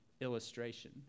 illustration